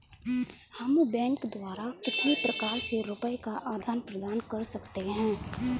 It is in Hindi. हम बैंक द्वारा कितने प्रकार से रुपये का आदान प्रदान कर सकते हैं?